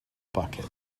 bucket